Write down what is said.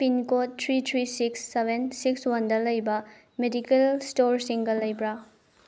pin code three three six seven six ꯋꯥꯟꯗ ꯂꯩꯕ medical ꯏꯁꯇꯣꯔꯁꯤꯡꯒ ꯂꯩꯕ꯭ꯔꯥ